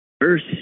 First